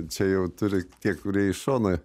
čia jau turi tie kurie iš šono